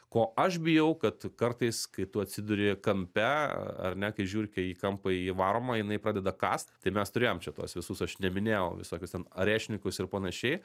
ko aš bijau kad kartais kai tu atsiduri kampe ar ne kai žiurkė į kampą įvaroma jinai pradeda kąst tai mes turėjom čia tuos visus aš neminėjau visokius ten arešnikus ir panašiai